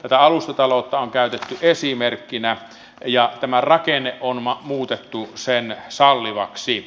tätä alustataloutta on käytetty esimerkkinä ja tämän rakenne on muutettu sen sallivaksi